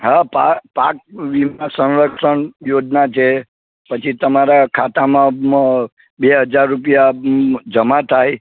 હા પા પાક વીમા સંરક્ષણ યોજના છે પછી તમારા ખાતામાં બે હજાર રૂપિયા જમા થાય